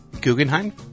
Guggenheim